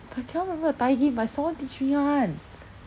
but I cannot remember the thigh game but someone teach me [one]